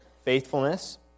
faithfulness